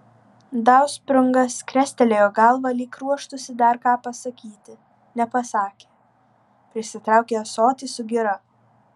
dausprungas krestelėjo galvą lyg ruoštųsi dar ką pasakyti nepasakė prisitraukė ąsotį su gira